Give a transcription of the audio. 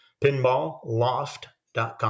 pinballloft.com